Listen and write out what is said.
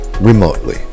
remotely